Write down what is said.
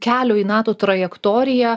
kelio į nato trajektorija